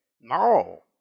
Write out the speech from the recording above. No